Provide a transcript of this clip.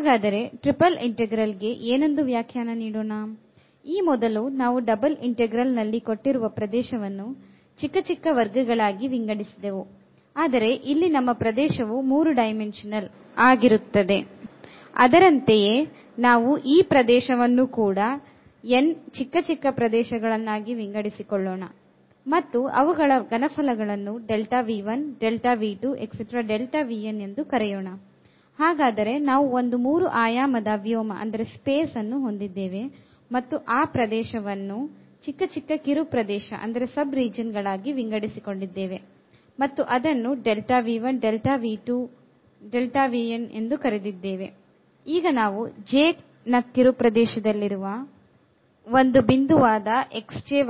ಈಗ ನಾವು j ಕಿರು ಪ್ರದೇಶದಲ್ಲಿರುವ ಒಂದು ಬಿಂದು